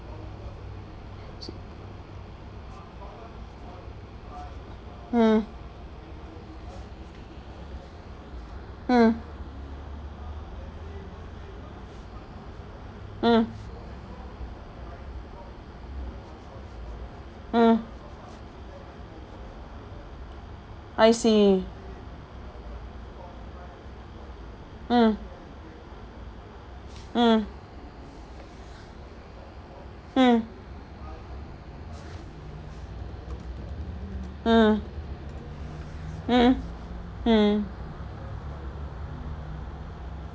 mm mm mm mm I see mm mm mm mm mm mm